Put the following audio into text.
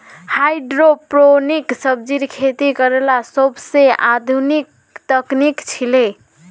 hydroponic सब्जिर खेती करला सोबसे आधुनिक तकनीक छिके